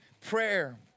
prayer